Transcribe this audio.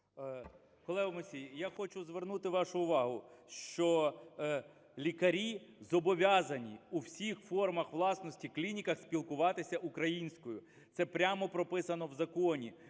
Мусій, я хочу звернути вашу увагу, що лікарі зобов'язані у всіх формах власності клініках спілкуватися українською, це прямо прописано в законі.